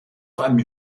einem